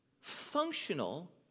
functional